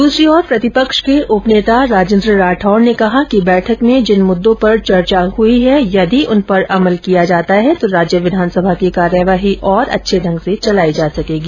दूसरी ओर प्रतिपक्ष के उपनेता राजेंद्र राठौड ने कहा कि बैठक में जिन मुद्दो पर चर्चा हुई है यदि उस पर अमल किया जाता है तो राज्य विधानसभा की कार्यवाही और अच्छे ढंग से चलाई जा सकेगी